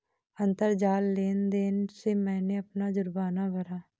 अंतरजाल लेन देन से मैंने अपना जुर्माना भरा